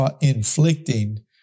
inflicting